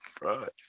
Right